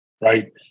right